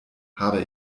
habe